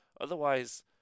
Otherwise